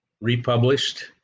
republished